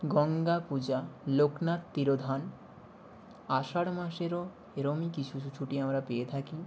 গঙ্গা পূজা লোকনাথ তিরোধান আষাঢ় মাসেরও এরকমই কিছু কিছু ছুটি আমরা পেয়ে থাকি